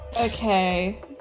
Okay